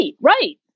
Right